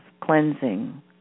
cleansing